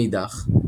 מאידך,